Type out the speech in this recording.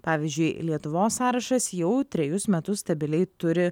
pavyzdžiui lietuvos sąrašas jau trejus metus stabiliai turi